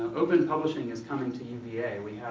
open publishing is coming to uva. we